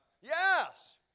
Yes